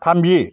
थामजि